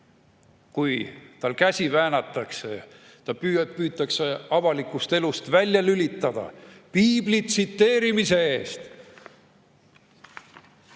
kui tal käsi väänatakse, kui teda püütakse avalikust elust välja lülitada Piibli tsiteerimise eest.